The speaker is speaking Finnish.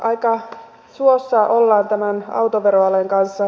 aika suossa ollaan tämän autoveroalen kanssa